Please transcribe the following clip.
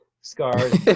scars